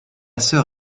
sœur